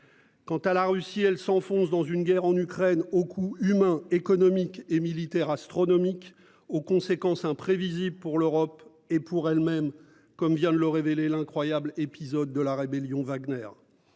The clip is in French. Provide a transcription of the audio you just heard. Quant à la Russie elle s'enfonce dans une guerre en Ukraine au coût humain, économique et militaire astronomiques aux conséquences imprévisibles pour l'Europe et pour elles-mêmes. Comme vient de le révéler l'incroyable épisode de la rébellion Wagner.